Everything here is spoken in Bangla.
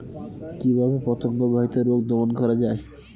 কিভাবে পতঙ্গ বাহিত রোগ দমন করা যায়?